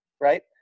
right